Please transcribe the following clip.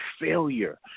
failure